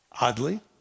oddly